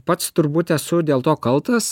pats turbūt esu dėl to kaltas